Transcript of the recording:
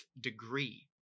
degree